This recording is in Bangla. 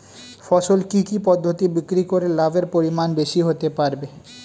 ফসল কি কি পদ্ধতি বিক্রি করে লাভের পরিমাণ বেশি হতে পারবে?